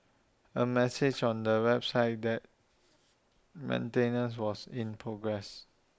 A message on the website that maintenance was in progress